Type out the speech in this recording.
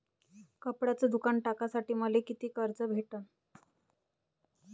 कपड्याचं दुकान टाकासाठी मले कितीक कर्ज भेटन?